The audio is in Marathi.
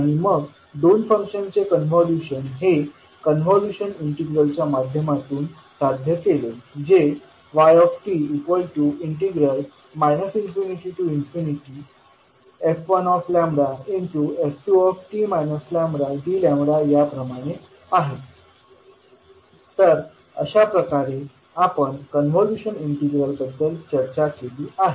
आणि मग दोन फंक्शन्सचे कॉन्व्होल्यूशन हे कॉन्व्होल्यूशन इंटीग्रलच्या माध्यमातून साध्य केले जे yt ∞f1f2t λdλ अशा प्रमाणे आहे तर अशाप्रकारे आपण कॉन्व्होल्यूशन इंटीग्रल बद्दल चर्चा केली आहे